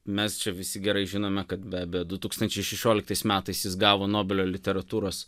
mes čia visi gerai žinome kad bet be du tūkstančiai šešioliktais metais gavo nobelio literatūros